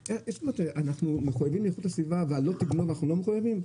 אנחנו מחויבים לאיכות הסביבה ול"לא תגנוב" אנחנו לא מחויבים?